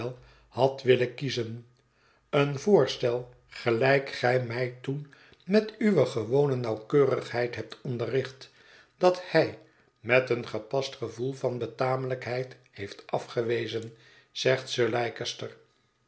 had willen kiezen een voorstel gelijk gij mij toen met uwe gewone nauwkeurigheid hebt onderricht dat hij met een gepast gevoel van betamelijkheid heeft afgewezen zegt sir